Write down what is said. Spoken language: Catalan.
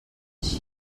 els